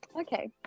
okay